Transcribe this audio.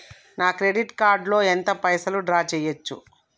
నా credit card లో ఎంత పైసల్ డ్రా చేయచ్చు?